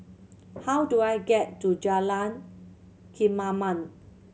how do I get to Jalan Kemaman